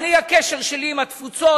הקשר שלי עם התפוצות,